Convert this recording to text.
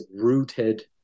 rooted